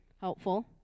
helpful